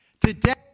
Today